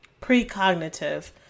pre-cognitive